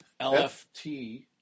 LFT